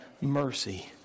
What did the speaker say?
mercy